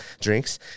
drinks